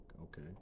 okay